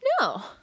No